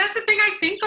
the thing i think so